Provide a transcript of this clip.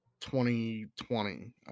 2020